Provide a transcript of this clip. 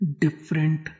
different